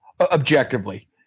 Objectively